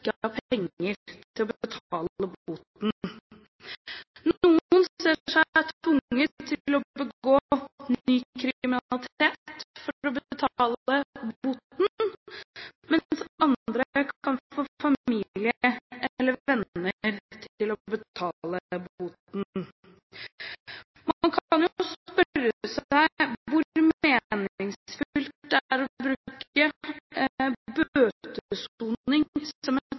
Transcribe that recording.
penger til å betale boten. Noen ser seg tvunget til å begå ny kriminalitet for å betale boten, mens andre kan få familie eller venner til å betale den. Man kan jo spørre seg hvor meningsfylt det er å bruke bøtesoning som et